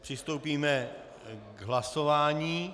Přistoupíme k hlasování.